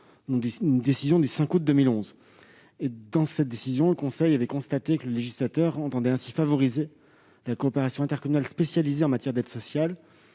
une décision le 5 août 2011. Dans sa décision, le Conseil a considéré que le législateur entendait ainsi favoriser la coopération intercommunale spécialisée en matière d'aide sociale.